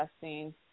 testing